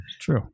True